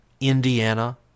Indiana